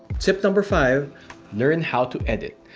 tip number five learn how to edit.